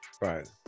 Right